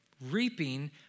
reaping